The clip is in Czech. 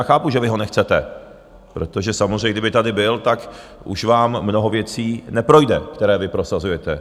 Chápu, že vy ho nechcete, protože samozřejmě, kdyby tady byl, tak už vám mnoho věcí neprojde, které vy prosazujete.